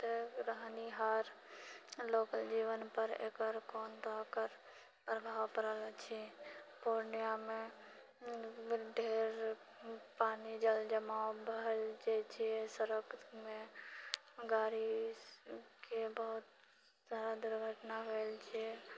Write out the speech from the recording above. ओतऽ रहनिहार लोकके जीवनपर एकर कोन तरहके प्रभाव पड़ल अछि पूर्णियामे ढ़ेर पानि जल जमाव भेल जाइ छियै सड़कमे गाड़ी सभके बहुत सारा दुर्घटना भेल छियै